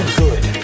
good